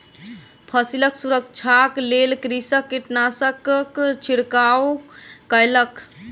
फसिलक सुरक्षाक लेल कृषक कीटनाशकक छिड़काव कयलक